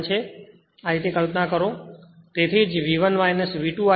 આ રીતે કલ્પના કરો